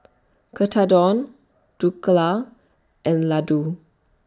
Tekkadon Dhokla and Ladoo